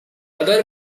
other